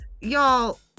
y'all